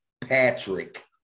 Patrick